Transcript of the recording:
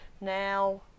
now